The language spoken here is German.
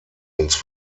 uns